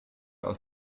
aus